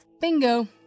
Bingo